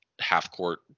half-court